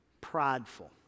prideful